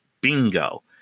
Bingo